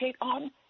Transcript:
on